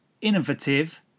innovative